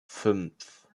fünf